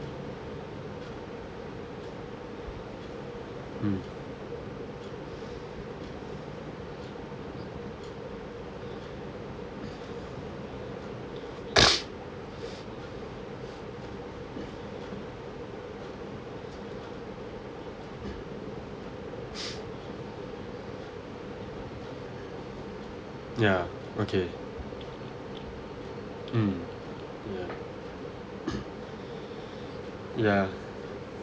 mm ya okay mm ya ya